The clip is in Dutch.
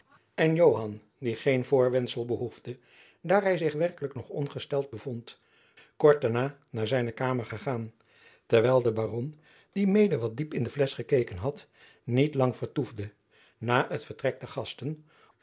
en joan die geen voorwendsel behoefde daar hij zich werkelijk nog ongesteld bevond kort daarna naar zijne kamer gegaan terwijl de baron die mede wat diep in de flesch gekeken had niet lang vertoefde na het vertrek der gasten